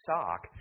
sock